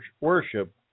worship